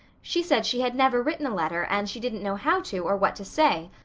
she said she had never written a letter and she didn't know how to, or what to say,